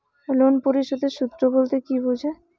Loan পরিশোধের সূএ বলতে কি বোঝায়?